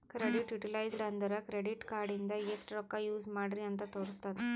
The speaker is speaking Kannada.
ಕ್ರೆಡಿಟ್ ಯುಟಿಲೈಜ್ಡ್ ಅಂದುರ್ ಕ್ರೆಡಿಟ್ ಕಾರ್ಡ ಇಂದ ಎಸ್ಟ್ ರೊಕ್ಕಾ ಯೂಸ್ ಮಾಡ್ರಿ ಅಂತ್ ತೋರುಸ್ತುದ್